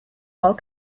while